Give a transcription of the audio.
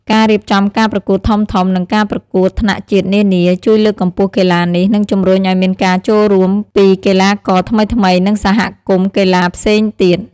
ការរៀបចំការប្រកួតធំៗនិងការប្រកួតថ្នាក់ជាតិនានា ជួយលើកកម្ពស់កីឡានេះ និងជំរុញឲ្យមានការចូលរួមពីកីឡាករថ្មីៗ និងសហគមន៍កីឡាផ្សេងទៀត។